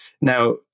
Now